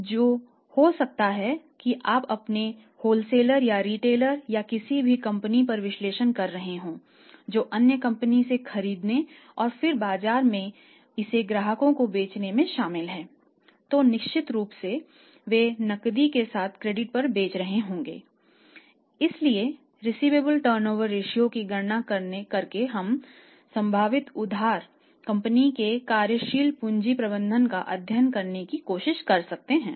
तो हो सकता है कि आप अपने व्होलसेलर की गणना करके हम संभावित उधार कंपनी के कार्यशील पूंजी प्रबंधन का अध्ययन करने की कोशिश कर सकते हैं